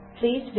Please